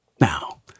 Now